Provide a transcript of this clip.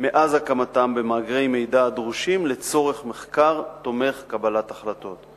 מאז הקמתה במאגרי המידע הדרושים לצורך מחקר תומך קבלת החלטות.